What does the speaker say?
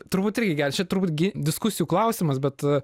turbūt irgi geras čia turbūt gi diskusijų klausimas bet